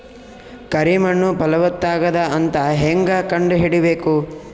ಕರಿ ಮಣ್ಣು ಫಲವತ್ತಾಗದ ಅಂತ ಹೇಂಗ ಕಂಡುಹಿಡಿಬೇಕು?